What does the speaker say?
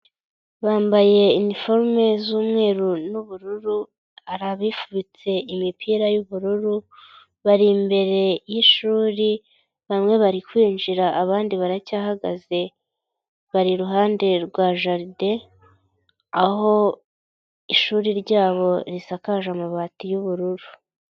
Bambaye iniforume z'umweru n'ubururu, hari abifubitse imipira y'ubururu, bari imbere y'ishuri bamwe bari kwinjira abandi baracyahagaze, bari iruhande rwa jaride, aho ishuri ryabo risakaje amabati y'ubururu.